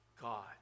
God